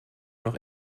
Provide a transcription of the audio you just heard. noch